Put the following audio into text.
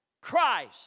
Christ